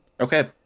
Okay